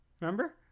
Remember